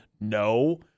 No